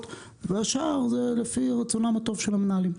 והשאר זה לפי רצונם הטוב של המנהלים.